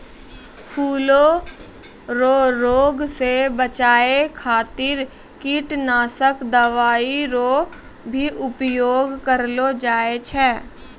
फूलो रो रोग से बचाय खातीर कीटनाशक दवाई रो भी उपयोग करलो जाय छै